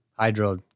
Hydro